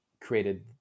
created